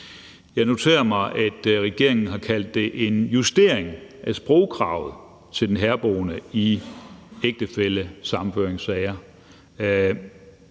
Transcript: Jeg noterer mig, at regeringen har kaldt det en justering af sprogkravet til den herboende i ægtefællesammenføringssager,